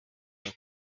kuba